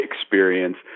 experience